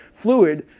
fluid,